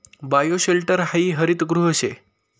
bioshelter हायी हरितगृह शे